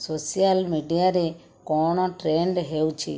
social ମିଡ଼ିଆରେ କ'ଣ trend ହେଉଛି